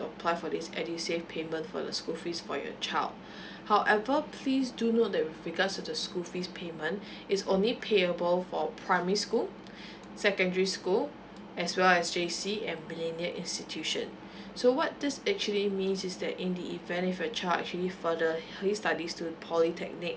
apply for this edusave payment for the school fees for your child however please do note that with regards to the school fees payment it's only payable for primary school secondary school as well as J_C and millennia institution so what this actually means is that in the event if your child actually further his studies to polytechnic